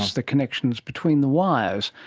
the connections between the wires.